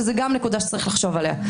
זאת גם נקודה שצריך לחשוב עליה.